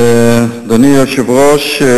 אדוני היושב-ראש,